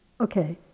Okay